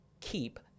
keep